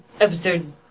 episode